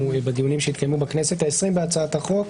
בדיונים שהתקיימו בכנסת ה-20 בהצעת החוק.